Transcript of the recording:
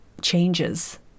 changes